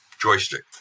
joystick